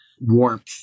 warmth